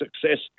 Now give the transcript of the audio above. success